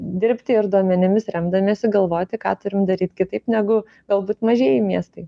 dirbti ir duomenimis remdamiesi galvoti ką turime daryti kitaip negu galbūt mažieji miestai